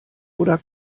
oder